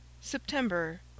September